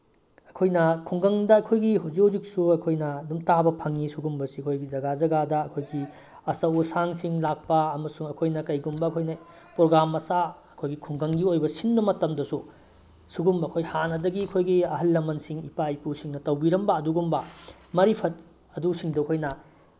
ꯑꯩꯈꯣꯏꯅ ꯈꯨꯡꯒꯪꯗ ꯑꯩꯈꯣꯏꯒꯤ ꯍꯧꯖꯤꯛ ꯍꯧꯖꯤꯛꯁꯨ ꯑꯩꯈꯣꯏꯅ ꯑꯗꯨꯝ ꯇꯥꯕ ꯐꯪꯉꯤ ꯁꯤꯒꯨꯝꯕꯁꯤ ꯑꯩꯈꯣꯏꯒꯤ ꯖꯒꯥ ꯖꯒꯥꯗ ꯑꯩꯈꯣꯏꯒꯤ ꯑꯆꯧ ꯑꯁꯥꯡꯁꯤꯡ ꯂꯥꯛꯄ ꯑꯃꯁꯨꯡ ꯑꯩꯈꯣꯏꯅ ꯀꯔꯤꯒꯨꯝꯕ ꯑꯩꯈꯣꯏꯅ ꯄ꯭ꯔꯣꯒ꯭ꯔꯥꯝ ꯃꯆꯥ ꯑꯩꯈꯣꯏꯒꯤ ꯈꯨꯡꯒꯪꯒꯤ ꯑꯣꯏꯕ ꯁꯤꯟꯕ ꯃꯇꯝꯗꯁꯨ ꯁꯤꯒꯨꯝꯕ ꯑꯩꯈꯣꯏ ꯍꯥꯟꯅꯗꯒꯤ ꯑꯩꯈꯣꯏꯒꯤ ꯑꯍꯜ ꯂꯃꯟꯁꯤꯡ ꯏꯄꯥ ꯏꯄꯨꯁꯤꯡꯅ ꯇꯧꯕꯤꯔꯝꯕ ꯑꯗꯨꯒꯨꯝꯕ ꯃꯔꯤꯐꯠ ꯑꯗꯨꯁꯤꯡꯗꯨ ꯑꯩꯈꯣꯏꯅ